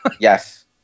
Yes